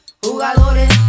jugadores